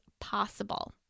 possible